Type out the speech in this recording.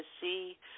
see